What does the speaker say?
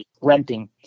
renting